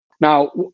Now